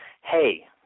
Hey